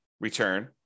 return